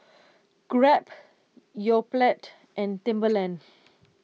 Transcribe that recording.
Grab Yoplait and Timberland